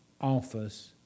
office